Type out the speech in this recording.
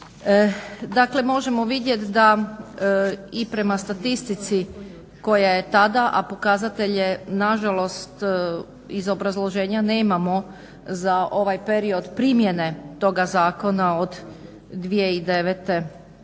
Dakle, možemo vidjet da i prema statistici koja je tada, a pokazatelj je nažalost, iz obrazloženja nemamo za ovaj period primjene toga zakona od 2009.